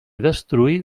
destruir